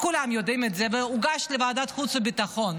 כולם יודעים את זה, זה הוגש לוועדת חוץ וביטחון.